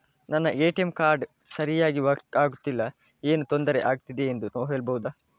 ನನ್ನ ATM card ಸರಿಯಾಗಿ work ಆಗುತ್ತಿಲ್ಲ, ಏನು ತೊಂದ್ರೆ ಆಗಿದೆಯೆಂದು ಹೇಳ್ಬಹುದಾ?